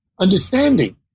understanding